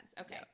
Okay